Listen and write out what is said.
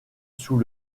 sous